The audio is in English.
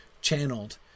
channeled